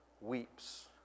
weeps